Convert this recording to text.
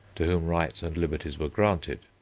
to whom rights and liberties were granted,